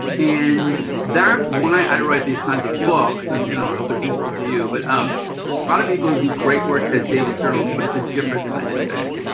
and that's why i write these kinds of books. and you know, i hope it's useful to you. but a um lot of people do great work as daily journals but it's a different kind of thing.